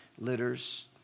litters